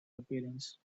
appearance